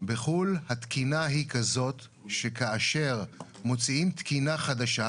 בחו"ל התקינה היא כזאת שכאשר מוציאים תקינה חדשה,